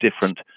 different